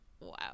wow